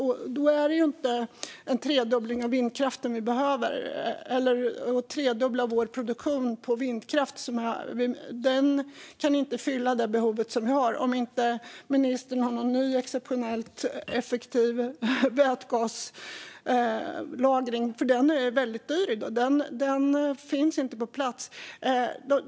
Men det är inte en tredubbling av vindkraften vi behöver. Att tredubbla vår produktion av vindkraft kan inte fylla det behov vi har - om inte ministern har någon ny, exceptionellt effektiv metod för vätgaslagring. Den är väldigt dyr i dag. Den finns inte på plats.